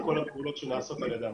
את כל הפעולות שנעשות על ידם.